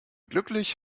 glücklich